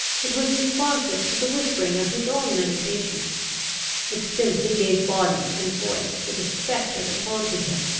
it was responsive to the whispering of his own meditations it simply gave body and voice to the spectre that haunted him,